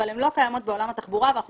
אבל הן לא קיימות בעולם התחבורה ואנחנו